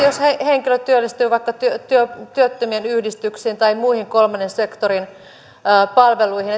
jos henkilö työllistyy vaikka työttömien yhdistykseen tai muihin kolmannen sektorin palveluihin